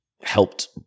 helped